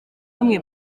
bamwe